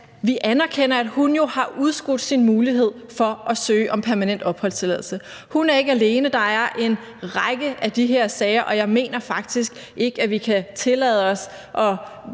vi anerkender, at hun jo har udskudt sin mulighed for at søge om permanent opholdstilladelse. Hun er ikke alene, der er en række af de her sager. Og jeg mener faktisk ikke, at vi kan tillade os at